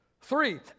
Three